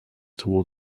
toward